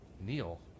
Neil